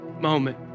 moment